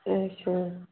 अच्छा